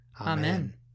amen